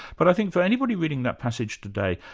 but i think for anybody reading that passage today,